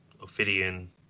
Ophidian